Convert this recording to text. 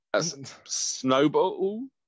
snowball